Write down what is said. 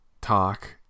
talk